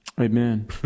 Amen